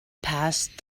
passed